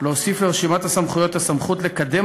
להוסיף לרשימת הסמכויות את הסמכות לקדם